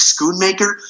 Schoonmaker